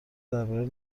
درباره